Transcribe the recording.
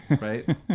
right